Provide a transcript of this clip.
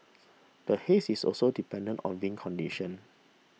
the haze is also dependent on wind conditions